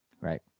Right